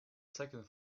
second